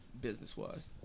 business-wise